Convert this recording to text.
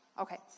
Okay